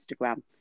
Instagram